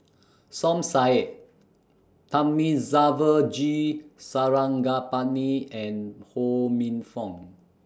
Som Said Thamizhavel G Sarangapani and Ho Minfong